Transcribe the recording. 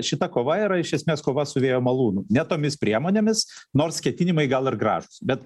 šita kova yra iš esmės kova su vėjo malūnu ne tomis priemonėmis nors ketinimai gal ir gražūs bet